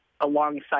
alongside